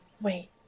Wait